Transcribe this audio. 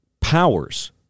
powers